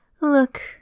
Look